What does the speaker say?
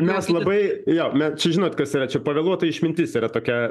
mes labai jo me čia žinot kas yra čia pavėluota išmintis yra tokia